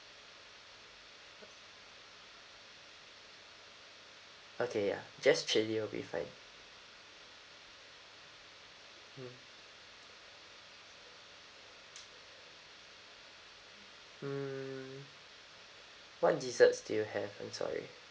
okay ya just chilli will be fine mm mm what desserts do you have I'm sorry